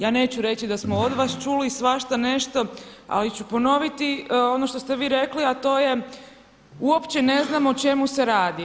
Ja neću reći da smo od vas čuli svašta-nešto, ali ću ponoviti ono što ste vi rekli, a to je uopće ne znam o čemu se radi.